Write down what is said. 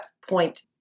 point